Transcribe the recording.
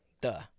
Duh